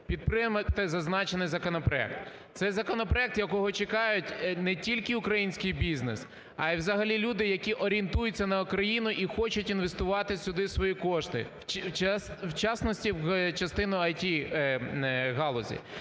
підтримайте зазначений законопроект. Це законопроект, якого чекають не тільки український бізнес, а взагалі люди, які орієнтуються на Україну і хочуть інвестувати сюди свої кошти, в частності